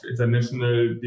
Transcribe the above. international